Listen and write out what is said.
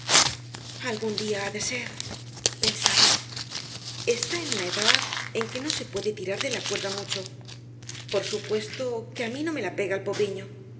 algún día ha de ser pensaba está en una edad en que no se puede tirar de la cuerda mucho por supuesto que á mí no me la pega el pobriño